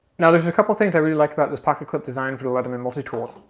now there's a couple things i really like about this pocket clip design for the leatherman multi-tool.